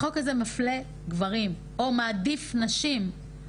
החוק הזה מפלה גברים, או מעדיף נשים.